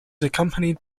accompanied